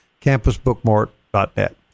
campusbookmart.net